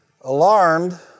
Alarmed